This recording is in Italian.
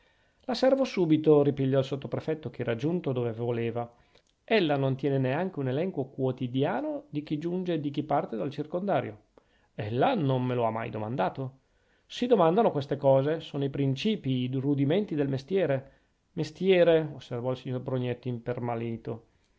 la servo subito ripigliò il sottoprefetto che era giunto dove voleva ella non tiene neanche un elenco quotidiano di chi giunge e di chi parte dal circondario ella non me lo ha mai domandato si domandano queste cose sono i principii i rudimenti del mestiere mestiere osservò il signor